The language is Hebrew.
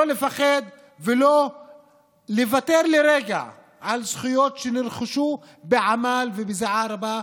לא לפחד ולא לוותר לרגע על זכויות שנרכשו בעמל ובזיעה רבה,